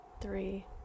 three